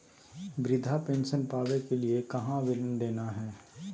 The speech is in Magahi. वृद्धा पेंसन पावे के लिए कहा आवेदन देना है?